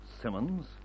Simmons